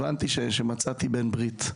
הבנתי שמצאת בן ברית.